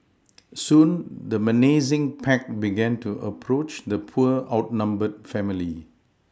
soon the menacing pack began to approach the poor outnumbered family